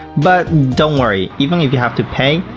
but don't worry, even if you have to pay,